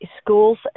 schools